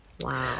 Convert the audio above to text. wow